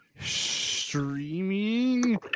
streaming